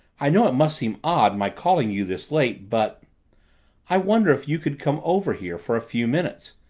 i know it must seem odd my calling you this late, but i wonder if you could come over here for a few minutes.